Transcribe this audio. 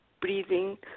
breathing